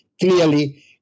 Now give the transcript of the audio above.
Clearly